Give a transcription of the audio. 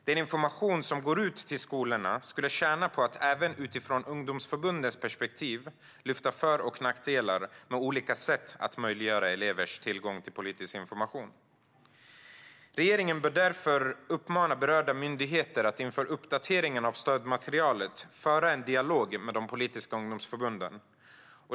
Den information som går ut till skolorna skulle tjäna på att även utifrån ungdomsförbundens perspektiv lyfta fram för och nackdelar med olika sätt att möjliggöra elevers tillgång till politisk information. Regeringen bör därför uppmana berörda myndigheter att inför uppdateringen av stödmaterialet föra en dialog med de politiska ungdomsförbunden.